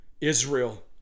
Israel